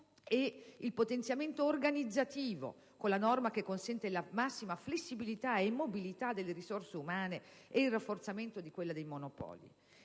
e quello "organizzativo", con la norma che consente la massima flessibilità e mobilità delle risorse umane e il rafforzamento di quella dei Monopoli?